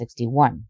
1961